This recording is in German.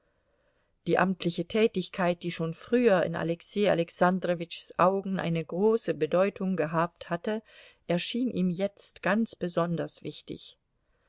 die amtliche tätigkeit die schon früher in alexei alexandrowitschs augen eine große bedeutung gehabt hatte erschien ihm jetzt ganz besonders wichtig